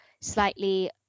slightly